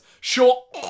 Sure